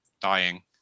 dying